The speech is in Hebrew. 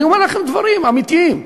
אני אומר לכם דברים אמיתיים,